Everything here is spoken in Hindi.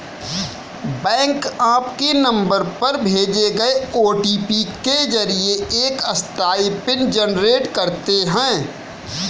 बैंक आपके नंबर पर भेजे गए ओ.टी.पी के जरिए एक अस्थायी पिन जनरेट करते हैं